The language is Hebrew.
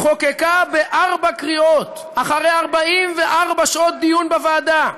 חוקקה בארבע קריאות, אחרי 44 שעות דיון בוועדה,